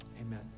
Amen